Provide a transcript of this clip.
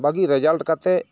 ᱵᱷᱟᱜᱮ ᱨᱮᱡᱟᱞᱴ ᱠᱟᱛᱮ